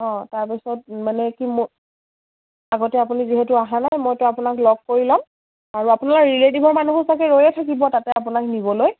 অঁ তাৰপিছত মানে কি মোৰ আগতে আপুনি যিহেতু অহা নাই মইতো আপোনাক লগ কৰি ল'ম আৰু আপোনাৰ ৰিলেটিভৰ মানুহো চাগে ৰৈয়ে থাকিব তাতে আপোনাক নিবলৈ